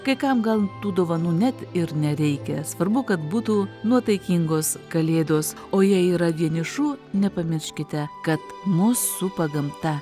kai kam gal tų dovanų net ir nereikia svarbu kad būtų nuotaikingos kalėdos o jei yra vienišų nepamirškite kad mus supa gamta